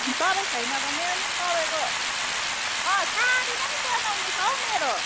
तपाईँ छैन भने पनि तपाईँको साडी पनि बनाउनु छ हौ मेरो